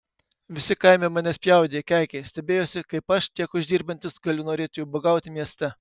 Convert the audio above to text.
visi kaime mane spjaudė keikė stebėjosi kaip aš tiek uždirbantis galiu norėti ubagauti mieste